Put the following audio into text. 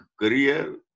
career